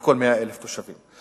לכל 100,000 תושבים.